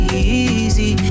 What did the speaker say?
easy